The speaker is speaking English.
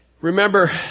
Remember